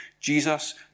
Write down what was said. Jesus